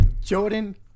Jordan